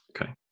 Okay